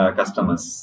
customers